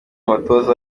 abatoza